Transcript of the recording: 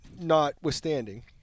notwithstanding